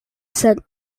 sent